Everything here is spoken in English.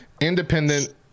independent